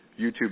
YouTube